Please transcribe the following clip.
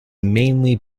mainly